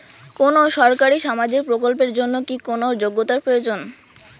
কোনো সরকারি সামাজিক প্রকল্পের জন্য কি কোনো যোগ্যতার প্রয়োজন?